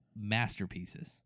masterpieces